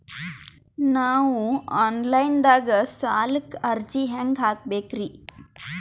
ನಾವು online ದಾಗ ಸಾಲಕ್ಕ ಅರ್ಜಿ ಹೆಂಗ ಹಾಕಬೇಕ್ರಿ?